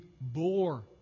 bore